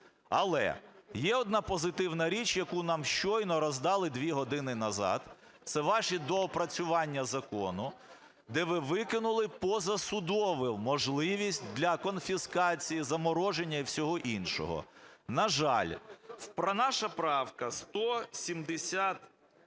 Але є одна позитивна річ, яку нам щойно роздали, дві години назад, це ваші доопрацювання закону, де ви викинули позасудову можливість для конфіскації, замороження і всього іншого. На жаль, наша правка 178-а